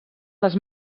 les